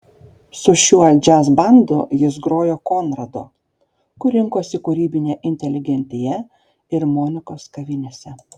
su šiuo džiazbandu jis grojo konrado kur rinkosi kūrybinė inteligentija ir monikos kavinėse